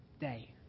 day